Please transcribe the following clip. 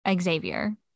Xavier